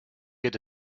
get